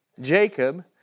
Jacob